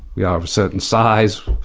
we are of a certain size,